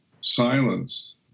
silence